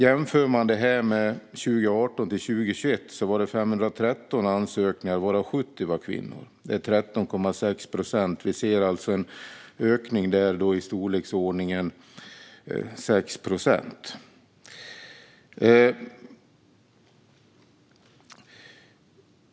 Det kan man jämföra med programmet för 2018-2021 då det var 513 som ansökte, varav 70 var kvinnor. Det är 13,6 procent. Vi ser alltså en ökning på 4 procent.